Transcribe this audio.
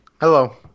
Hello